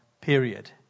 period